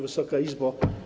Wysoka Izbo!